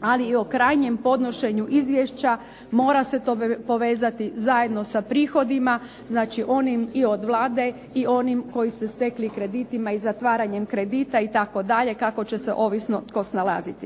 ali i o krajnjem podnošenju izvješća mora se to povezati zajedno sa prihodima. Znači, onim i od Vlade i onim koji ste stekli kreditima i zatvaranjem kredita itd. kako će se ovisno tko snalaziti.